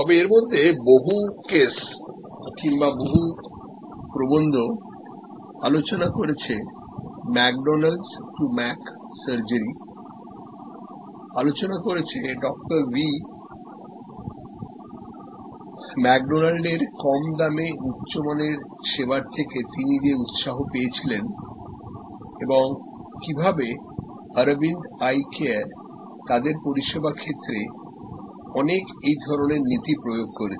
এখন এর মধ্যে বহু কেস কিংবা বহুপ্রবন্ধ আলোচনা করেছে McDonalds to macsurgery আলোচনা করেছে ডক্টর Vম্যাকডোনাল্ডের কম দামে উচ্চ মানের সেবার থেকে তিনি যে উৎসাহ পেয়েছিলেন এবং কিভাবে অরবিন্দ আই কেয়ারতাদের পরিষেবা ক্ষেত্রে অনেক এই ধরনের নীতি প্রয়োগ করেছে